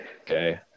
Okay